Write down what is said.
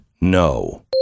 no